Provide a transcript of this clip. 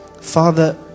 Father